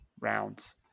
rounds